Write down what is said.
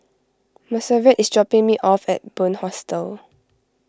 Monserrat is dropping me off at Bunc Hostel